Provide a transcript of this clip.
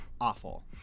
awful